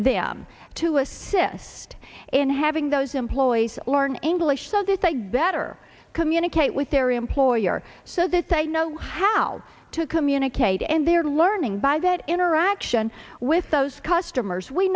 them to assist in having those employees learn english so that they better communicate with their employer so that they know how to communicate and they are learning by that interaction with those customers we